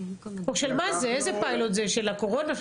או של מה זה, איזה פיילוט זה, של הקורונה?